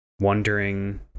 wondering